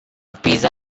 pizza